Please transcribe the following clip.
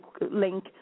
link